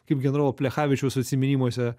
kaip generolo plechavičiaus atsiminimuose